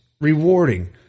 rewarding